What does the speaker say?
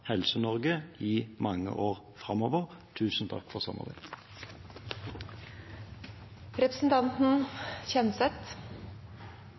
Helse-Norge i mange år framover. Tusen takk for samarbeidet!